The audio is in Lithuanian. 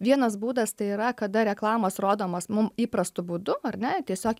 vienas būdas tai yra kada reklamos rodomos mum įprastu būdu ar ne tiesiog